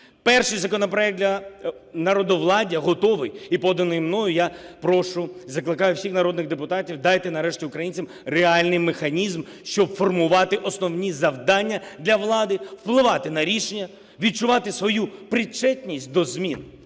Перший законопроект для народовладдя готовий і поданий мною. Я прошу, закликаю всіх народних депутатів: дайте, нарешті, українцям реальний механізм, щоб формувати основні завдання для влади, впливати на рішення, відчувати свою причетність до змін,